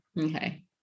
Okay